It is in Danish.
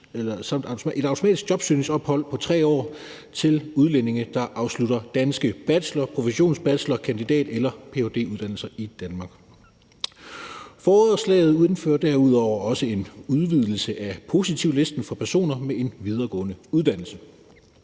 samt et automatisk jobsøgningsophold på 3 år til udlændinge, der afslutter danske bachelor-, professionsbachelor-, kandidat- eller ph.d.-uddannelser i Danmark. Forslaget indeholder derudover også en udvidelse af positivlisten for personer med en videregående uddannelse.